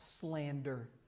slander